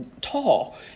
tall